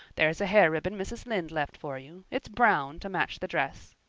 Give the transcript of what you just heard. there's a hair ribbon mrs. lynde left for you. it's brown, to match the dress.